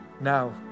Now